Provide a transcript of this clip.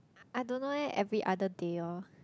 I don't know leh every other day loh